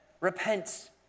repent